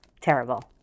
Terrible